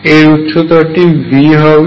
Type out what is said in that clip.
এবং এর উচ্চতাটি V হবে